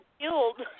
killed